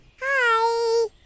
Hi